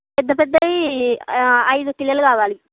పెద్ద పెద్దవి ఐదు కిలోలు కావాలి